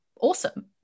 awesome